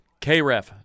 KREF